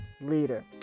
leader